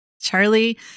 Charlie